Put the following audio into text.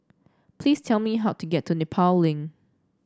please tell me how to get to Nepal Link